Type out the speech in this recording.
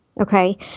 Okay